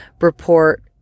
report